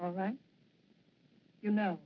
all right you know